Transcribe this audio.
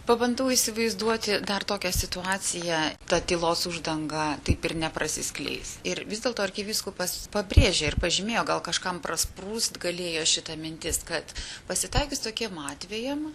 pabandau įsivaizduoti dar tokią situaciją ta tylos uždanga taip ir neprasiskleis ir vis dėlto arkivyskupas pabrėžė ir pažymėjo gal kažkam prasprūst galėjo šita mintis kad pasitaikius tokiem atvejam